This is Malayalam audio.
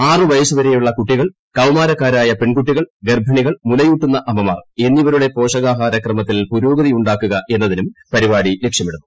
ആറ് വയസ്സുവരെയുള്ള കുട്ടികൾ കൌമാരക്കാരായ് പെൺകുട്ടികൾ ഗർഭിണികൾ മുലയൂട്ടുന്ന അമ്മമാർ എന്നിവരുടെ പോഷകാഹാര ക്രമത്തിൽ പുരോഗതിയുണ്ടാക്കുക എന്നതിനും പരിപാടി ലക്ഷ്യമിടുന്നു